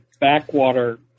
backwater